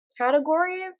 categories